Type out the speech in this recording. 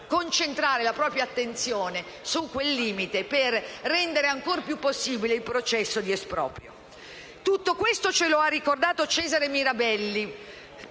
concentrare la propria attenzione su quel limite per rendere ancor più possibile il processo di esproprio. Tutto questo ce lo ha ricordato Cesare Mirabelli